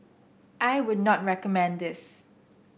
I would not recommend this